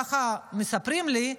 ככה מספרים לי,